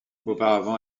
auparavant